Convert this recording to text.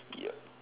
yup